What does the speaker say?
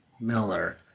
Miller